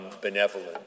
benevolent